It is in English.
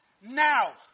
now